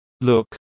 Look